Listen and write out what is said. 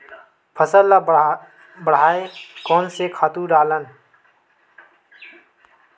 फसल ल बढ़ाय कोन से खातु डालन?